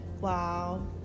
Wow